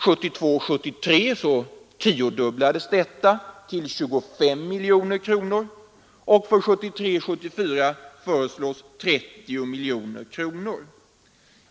1972 74 föreslås 30 miljoner kronor.